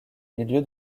milieu